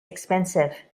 expensive